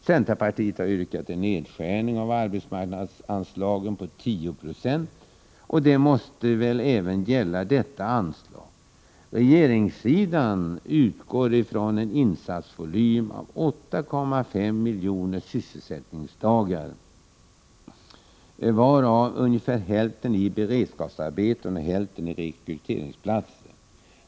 Centerpartiet har yrkat en nedskärning av arbetsmarknadsanslagen med 10 26, och det måste väl även gälla detta anslag. Regeringssidan utgår från en insatsvolym av 8,5 miljoner sysselsättningsdagar, varav ungefär hälften i beredskapsarbeten och hälften i rekryteringsplatser.